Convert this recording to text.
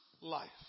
life